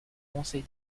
conseil